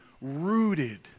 rooted